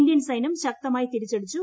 Indian സൈനൃം ശക്തമായി തിരിച്ചടിച്ചു